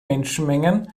menschenmengen